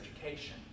education